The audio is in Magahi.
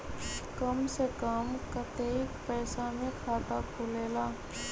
कम से कम कतेइक पैसा में खाता खुलेला?